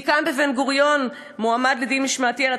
דיקן בבן-גוריון מועמד לדין משמעתי על